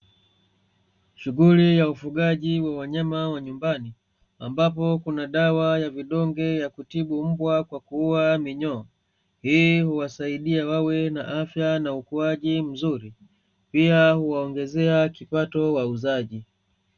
Shughuli ya ufugaji wa wanyama wa nyumbani, ambapo kuna dawa ya vidonge ya kutibu mbwa kwa kuua minyoo, hii huwasaidia wawe na afya na ukuaji mzuri, pia huwaongezea kipato wauzaji.